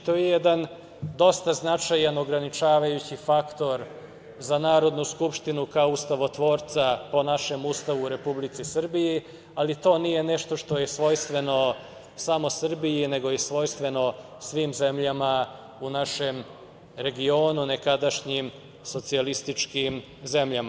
To je jedan dosta značajan ograničavajući faktor za Narodnu skupštinu, kao ustavotvorca, po našem Ustavu u Republici Srbiji, ali to nije nešto što je svojstveno samo Srbiji, nego je svojstveno svim zemljama u našem regionu, nekadašnjim socijalističkim zemljama.